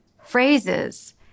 phrases